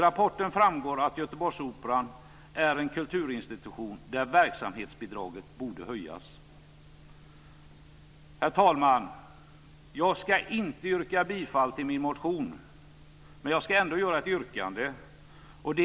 I rapporten framgår att Göteborgsoperan är en kulturinstitution där verksamhetsbidraget borde höjas. Herr talman! Jag ska inte yrka bifall till min motion, men jag ska ändå göra ett yrkande.